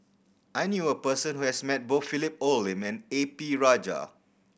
I knew a person who has met both Philip Hoalim and A P Rajah